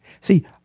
See